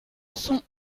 sont